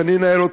שאני אנהל,